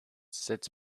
sits